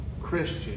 Christian